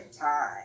time